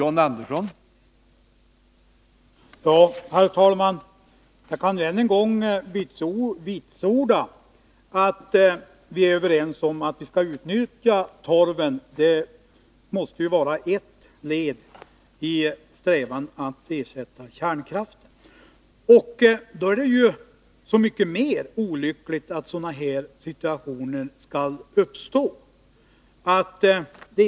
Herr talman! Jag kan än en gång vitsorda att vi är överens om att torven skall utnyttjas. Det måste vara ett led i strävandena att ersätta kärnkraften. Då är det så mycket mer olyckligt att situationer av det här slaget skall behöva uppstå.